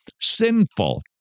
sinful